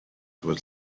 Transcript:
was